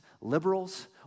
liberals